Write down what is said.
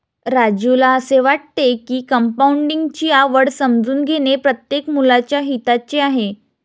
राजूला असे वाटते की कंपाऊंडिंग ची आवड समजून घेणे प्रत्येक मुलाच्या हिताचे आहे